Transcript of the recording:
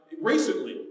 recently